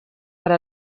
per